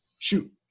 Shoot